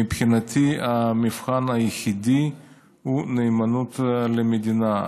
מבחינתי, המבחן היחיד הוא נאמנות למדינה.